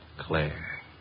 Claire